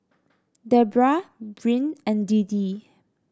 Debra Bryn and Deedee